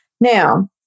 Now